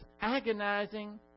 agonizing